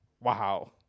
Wow